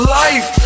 life